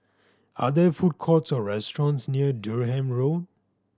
are there food courts or restaurants near Durham Road